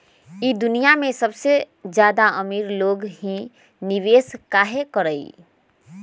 ई दुनिया में ज्यादा अमीर लोग ही निवेस काहे करई?